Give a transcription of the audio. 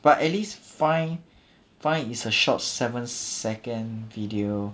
but at least Vine Vine is a short seven second video